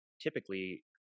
typically